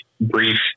brief